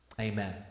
Amen